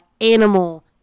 animal